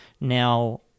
now